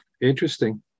Interesting